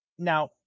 Now